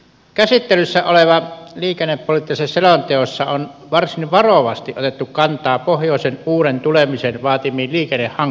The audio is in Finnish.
käsittelyssä olevassa liikennepoliittisessa selonteossa on varsin varovasti otettu kantaa pohjoisen uuden tulemisen vaatimiin liikennehankkeisiin